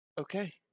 Okay